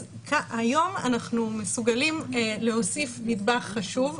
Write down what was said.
היום אנחנו מסוגלים להוסיף נדבך חשוב,